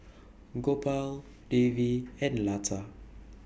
Gopal Devi and Lata